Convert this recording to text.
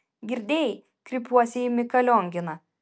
girdėjai kreipiuosi į miką lionginą